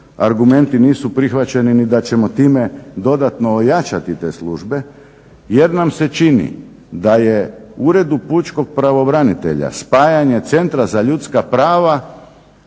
Argumenti nisu prihvaćeni ni da ćemo time dodatno ojačati te službe jer nam se čini da je Uredu pučkog pravobranitelja spajanje Centra za ljudska prava